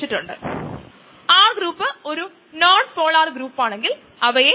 അതിനാൽ ഈ കോഴ്സിൽ നമ്മൾ നോക്കുന്ന മറ്റ് മൂന്ന് കയ്നെറ്റിക്സ് ആണ് ഇവ